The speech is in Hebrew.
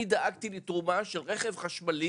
אני דאגתי לתרומה של רכב חשמלי